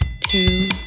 two